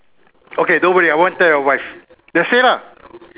okay don't worry I won't tell your wife just say lah